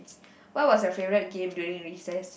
what was your favorite game during recess